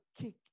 kick